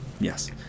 Yes